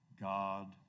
God